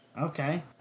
Okay